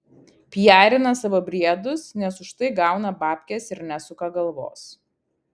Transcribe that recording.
pijarina savo briedus nes už tai gauna babkes ir nesuka galvos